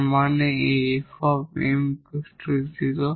তার মানে এই 𝑓 𝑚 0